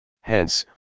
Hence